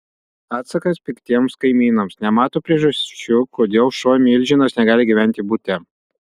atsakas piktiems kaimynams nemato priežasčių kodėl šuo milžinas negali gyventi bute